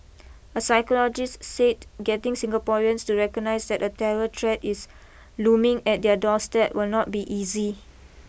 a psychologist said getting Singaporeans to recognise that a terror threat is looming at their doorstep will not be easy